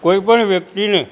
કોઈ પણ વ્યક્તિને